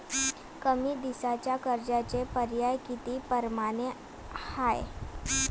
कमी दिसाच्या कर्जाचे पर्याय किती परमाने हाय?